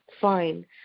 fine